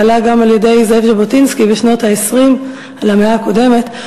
שהועלה גם על-ידי זאב ז'בוטינסקי בשנות ה-20 של המאה הקודמת,